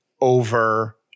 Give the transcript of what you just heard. over